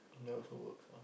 that also works ah